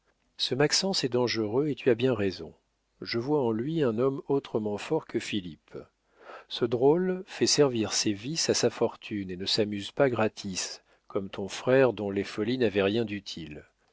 ce maxence est dangereux et tu as bien raison je vois en lui un homme autrement fort que philippe ce drôle fait servir ses vices à sa fortune et ne s'amuse pas gratis comme ton frère dont les folies n'avaient rien d'utile